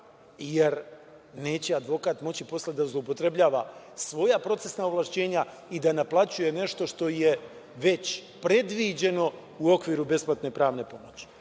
jer neće advokat moći posle da zloupotrebljava svoja procesna ovlašćenja i da naplaćuje nešto što je već predviđeno u okviru besplatne pravne pomoći. Tako